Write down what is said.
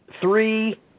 three